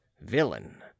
villain